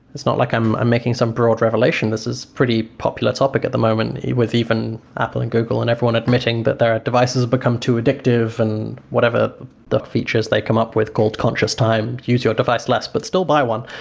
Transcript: it's not like i'm i'm making some broad revelation. this is pretty popular topic at the moment with even apple and google and everyone admitting that there are devices become too addictive and whatever the features they come up with, gold conscious time, use your device less, but still buy one.